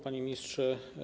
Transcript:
Panie Ministrze!